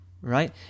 Right